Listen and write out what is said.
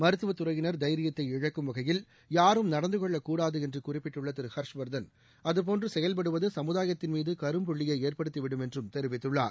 மருத்துவத் துறையினர் தைரியத்தை இழக்கும் வகையில் யாரும் நடந்து கொள்ளக்கூடாது என்று குறிப்பிட்டுள்ள திரு ஹர்ஷவா்தன் அதுபோன்று செயல்படுவது சமுதாயத்தின் மீது கரும்புள்ளியை ஏற்படுத்திவிடும் என்றும் தெரிவித்துள்ளார்